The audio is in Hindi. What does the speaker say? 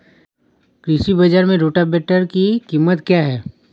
कृषि बाजार में रोटावेटर की कीमत क्या है?